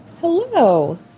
Hello